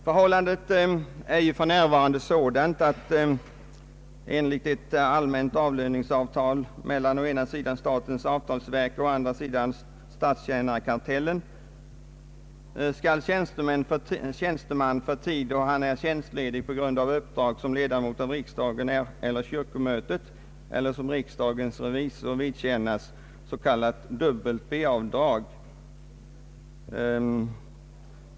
Förhållandet är för närvarande sådant att statstjänsteman, enligt ett allmänt avlöningsavtal mellan å ena sidan statens avtalsverk och å andra sidan statstjänarkartellen, för tid då han är tjänstledig på grund av uppdrag som ledamot av riksdagen eller kyrkomötet eller som riksdagens revisor skall vidkännas s.k. dubbelt B-avdrag.